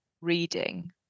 reading